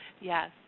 Yes